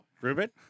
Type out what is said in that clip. Ruben